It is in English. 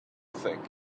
think